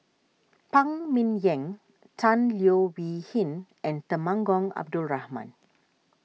Phan Ming Yen Tan Leo Wee Hin and Temenggong Abdul Rahman